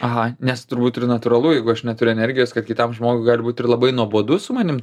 aha nes turbūt ir natūralu jeigu aš neturiu energijos kad kitam žmogui galbūt ir labai nuobodu su manim